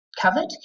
covered